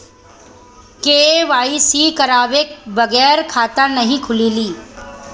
KYC करवाये बगैर खाता नाही खुली?